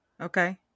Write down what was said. okay